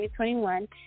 2021